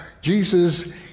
Jesus